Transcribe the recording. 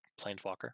planeswalker